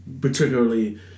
particularly